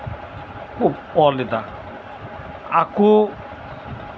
ᱠᱷᱩᱵ ᱠᱚ ᱚᱞᱮᱫᱟ ᱟᱠᱚ